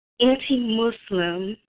anti-Muslim